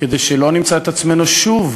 כדי שלא נמצא את עצמנו שוב